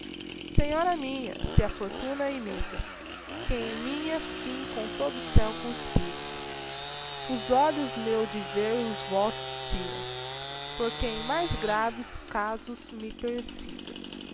senhora minha se a fortuna imiga que em minha fim com todo o céu conspira os olhos meus de ver os vossos tira porque em mais graves casos me persiga